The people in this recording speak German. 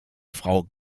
frau